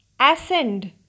ascend